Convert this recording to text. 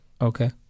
Okay